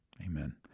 Amen